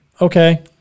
Okay